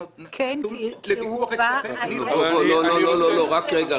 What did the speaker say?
כן, כי --- רק רגע